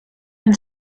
been